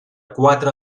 quatre